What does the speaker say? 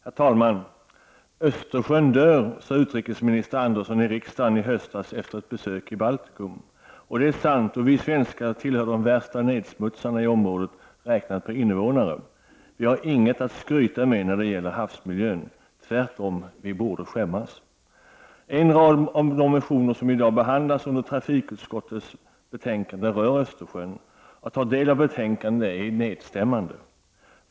Herr talman! Östersjön dör, sade utrikesminister Andersson i riksdagen i höstas efter ett besök i Baltikum. Det är sant, och vi svenskar tillhör de värsta nedsmutsarna i området räknat per innevånare. Vi har inget att skryta med när det gäller havsmiljön. Tvärtom borde vi skämmas. En rad av de motioner som i dag behandlas i trafiksutskottets betänkande rör Östersjön. Att ta del av betänkandet är nedstämmande.